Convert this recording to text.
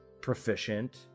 proficient